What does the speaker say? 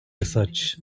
research